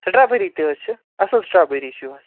strawberry تہِ حظ چھِ اصل سٹرابری چھِ یِہۄس